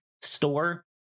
store